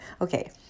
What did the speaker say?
Okay